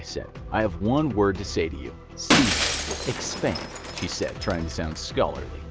said. i have one word to say to you. seasons. expand, she said, trying to sound scholarly.